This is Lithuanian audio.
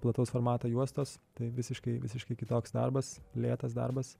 plataus formato juostos tai visiškai visiškai kitoks darbas lėtas darbas